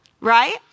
right